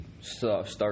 start